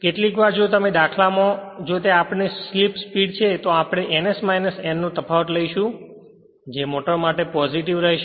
કેટલીક વાર જો દાખલામાં જો તે આપની સ્લિપ સ્પીડ છે તો આપણે ns n નો તફાવત લઈશું જે મોટર માટે પોજીટીવ રહેશે